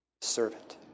servant